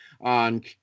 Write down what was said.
on